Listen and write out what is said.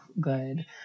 Good